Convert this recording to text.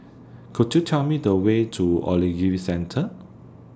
Could YOU Tell Me The Way to Ogilvy Centre